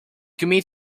commit